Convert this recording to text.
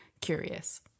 curious